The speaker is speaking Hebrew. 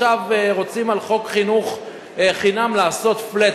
עכשיו רוצים על חוק חינוך חינם לעשות flat.